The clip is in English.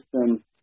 system